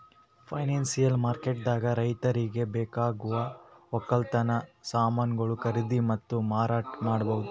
financial ಮಾರ್ಕೆಟ್ದಾಗ್ ರೈತರಿಗ್ ಬೇಕಾಗವ್ ವಕ್ಕಲತನ್ ಸಮಾನ್ಗೊಳು ಖರೀದಿ ಮತ್ತ್ ಮಾರಾಟ್ ಮಾಡ್ಬಹುದ್